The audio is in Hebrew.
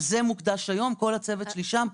על זה מוקדש היום וכל הצוות שלי שם.